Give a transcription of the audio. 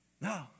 No